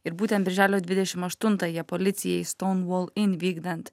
ir būtent birželio dvidešim aštuntąją policija į stonvol in vykdant